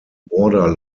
border